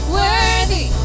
worthy